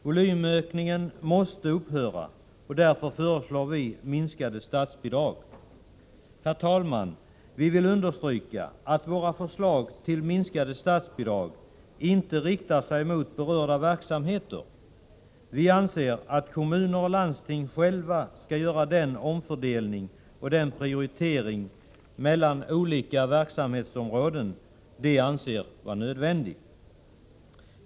Volymökningen måste upphöra, och därför föreslår vi minskade statsbidrag. Herr talman! Vi vill understryka att våra förslag till minskade statsbidrag inte riktar sig mot berörda verksamheter. Vi anser att kommuner och landsting själva skall göra den omfördelning och den prioritering mellan olika verksamhetsområden som de anser nödvändig.